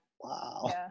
Wow